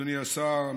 אדוני השר,